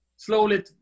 Slowly